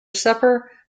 supper